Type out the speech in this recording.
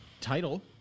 title